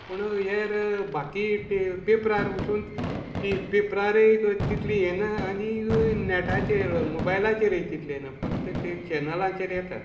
पूण हेर बाकी पेपरार पसून पेपरारय तितली येना आनी नॅटाचेर मोबायलाचेरय तितले येना फक्त ते चॅनलांचेर येता